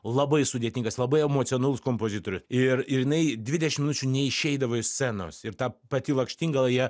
labai sudėtingas labai emocionalus kompozitorius ir ir jinai dvidešim minučių neišeidavo iš scenos ir ta pati lakštingala ją